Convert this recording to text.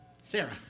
Sarah